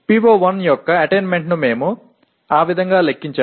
PO1 యొక్క అటైన్మెంట్ను మేము ఆ విధంగా లెక్కించాము